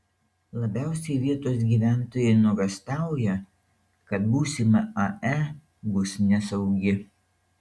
labiausiai vietos gyventojai nuogąstauja kad būsima ae bus nesaugi